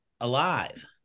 alive